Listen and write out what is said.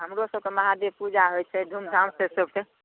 हमरो सबके महादेब पुजा होइत छै धूमधाम से सबके